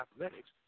athletics